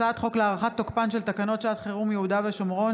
הצעת חוק להארכת תוקפן של תקנות שעת חירום (יהודה ושומרון,